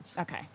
Okay